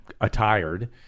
attired